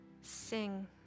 Sing